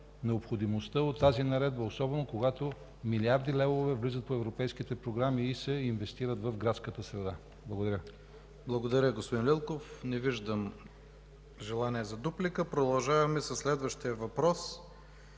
необходимостта от тази наредба, особено когато милиарди левове влизат в европейските програми и се инвестират в градската среда. Благодаря. ПРЕДСЕДАТЕЛ ИВАН К. ИВАНОВ: Благодаря, господин Лилков. Не виждам желание за дуплика. Продължаваме със следващия въпрос.